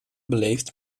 beleefd